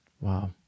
Wow